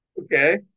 Okay